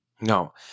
No